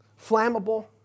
flammable